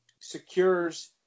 secures